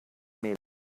meal